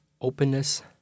openness